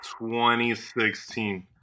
2016